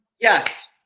Yes